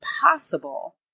possible